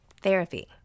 Therapy